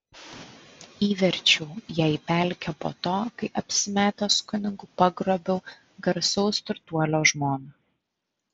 įverčiau ją į pelkę po to kai apsimetęs kunigu pagrobiau garsaus turtuolio žmoną